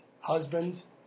husbands